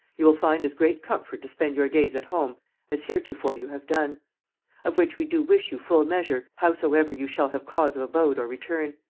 you will find as great comfort to spend your days at home as heretofore you have done of which we do wish you full measure, howsoever you shall have cause of abode or return.